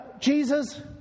Jesus